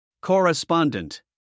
Correspondent